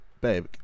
babe